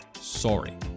sorry